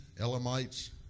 Elamites